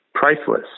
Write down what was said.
Priceless